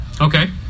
Okay